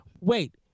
Wait